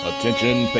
Attention